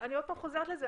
אני עוד פעם חוזרת לזה,